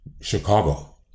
Chicago